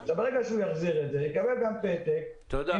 ברגע שהוא יחזיר את זה הוא יקבל פתק -- תודה.